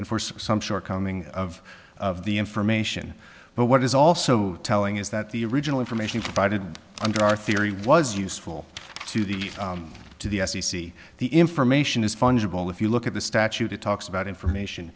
forced some shortcoming of of the information but what is also telling is that the original information provided under our theory was useful to the to the f c c the information is fungible if you look at the statute it talks about information